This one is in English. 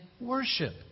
worship